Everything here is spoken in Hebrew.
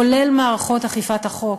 כולל מערכות אכיפת החוק,